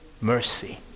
mercy